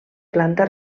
planta